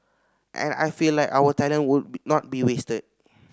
and I feel like our talent would be not be wasted